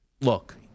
look –